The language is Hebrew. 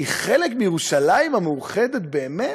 הן חלק מירושלים המאוחדת באמת,